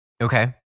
okay